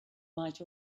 might